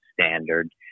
standard